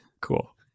cool